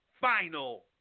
final